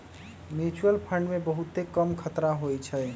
mutual fund मे बहुते कम खतरा होइ छइ